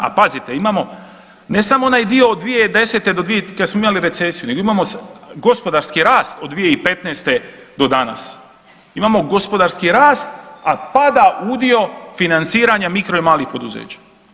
A pazite, imamo ne samo onaj dio od 2010. do, kad smo imali recesiju, nego imamo gospodarski rast od 2015. do danas, imamo gospodarski rast, a pada udio financiranja mikro i malih poduzeća.